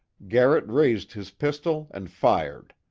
garrett raised his pistol and fired.